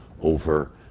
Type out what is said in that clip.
over